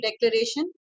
declaration